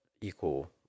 equal